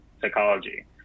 psychology